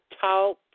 talk